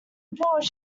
reports